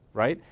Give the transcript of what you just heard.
right.